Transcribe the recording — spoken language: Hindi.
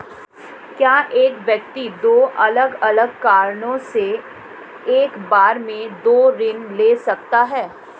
क्या एक व्यक्ति दो अलग अलग कारणों से एक बार में दो ऋण ले सकता है?